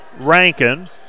Rankin